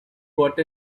got